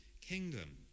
kingdom